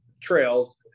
Trails